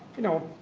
you know,